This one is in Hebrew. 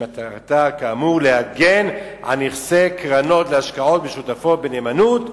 שמטרתה כאמור להגן על נכסי קרנות להשקעות משותפות בנאמנות,